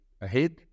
ahead